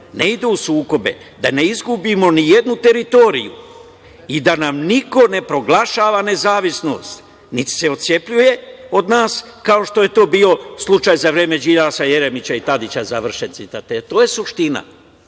ne idu u sukobe, da ne izgubimo ni jednu teritoriju i da nam niko ne proglašava nezavisnost, niti se otcepljuje od nas, kao što je to bio slučaj za vreme Đilasa, Jeremića, Tadića“ završen citat. To je suština.